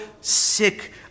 sick